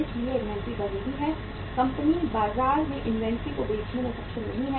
इसलिए इन्वेंट्री बढ़ रही है कंपनी बाजार में इन्वेंट्री को बेचने में सक्षम नहीं है